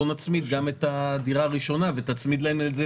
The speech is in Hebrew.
בוא נצמיד גם את הדירה הראשונה לעליות.